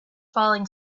falling